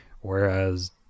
whereas